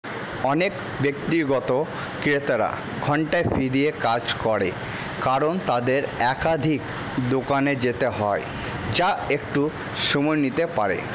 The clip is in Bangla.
অনেক ব্যক্তিগত ক্রেতারা ঘন্টায় ফি দিয়ে কাজ করে কারণ তাদের একাধিক দোকানে যেতে হয় যা একটু সময় নিতে পারে